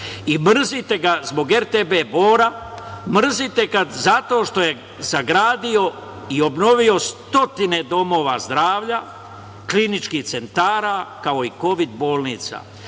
I mrzite ga zbog RTB Bora, mrzite ga zato što je sagradio i obnovio stotine domova zdravlja, kliničkih centara, kao i kovid bolnica.